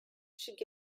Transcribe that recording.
should